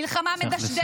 המלחמה מדשדשת.